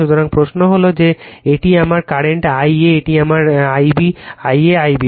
সুতরাং প্রশ্ন হল যে এটি আমার কারেন্ট I a এটি আমার I a I b